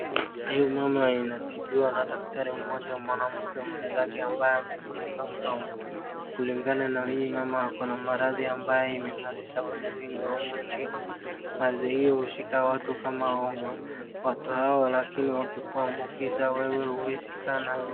Huyu mama anatibiwa na daktari mmoja mwanamke mwenzake ambaye amefunika mdomo, kulingana na huyu mama ako na maradhi ambayo imemaliza watu wengi wa humu nchini, maradhi hiyo hushika watu wengi kama homa watu hawa lakini wakikuambukiza wewe huwezi kaa nayo.